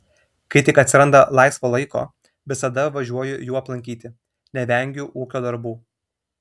kai tik atsiranda laisvo laiko visada važiuoju jų aplankyti nevengiu ūkio darbų